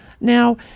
now